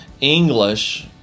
English